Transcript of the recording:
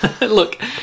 Look